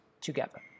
together